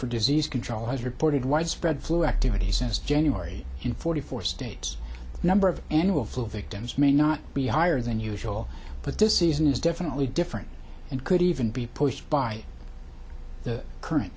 for disease control has reported widespread flu activity since january in forty four states number of annual flu victims may not be higher than usual but this season is definitely different and could even be pushed by the current